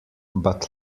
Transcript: but